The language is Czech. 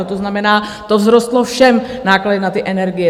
To znamená, že to vzrostlo všem, náklady na energie.